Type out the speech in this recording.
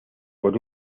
por